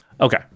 okay